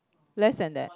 less than that